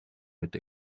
with